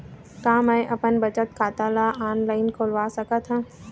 का मैं अपन बचत खाता ला ऑनलाइन खोलवा सकत ह?